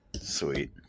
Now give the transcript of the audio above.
Sweet